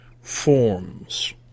forms